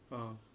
ah